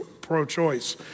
pro-choice